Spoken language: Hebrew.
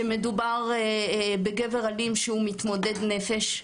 שמדובר בגבר אלים שהוא מתמודד נפש,